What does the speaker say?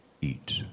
eat